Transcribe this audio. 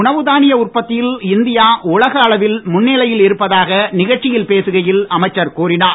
உணவு தானிய உற்பத்தியில் இந்தியா உலக அளவில் முன்னணியில் இருப்பதாக நிகழ்ச்சியில் பேசுகையில் அமைச்சர் கூறினார்